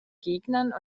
gegnern